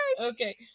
Okay